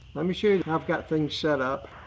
let me show you how i've got things set up.